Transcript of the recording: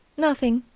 nothing,